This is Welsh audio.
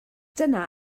dyna